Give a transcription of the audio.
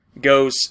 goes